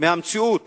מהמציאות